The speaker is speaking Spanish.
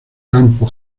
campo